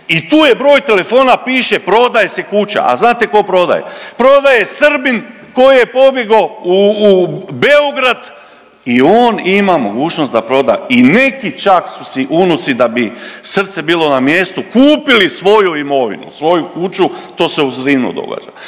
i tu je broj telefona piše prodaje se kuća. A znate tko prodaje? Prodaje Srbin koji je pobjegao u Beograd i on ima mogućnost da proda i neki čak su si unuci da bi srce bilo na mjestu kupili svoju imovinu, svoju kuću, to se u Zrinu događa.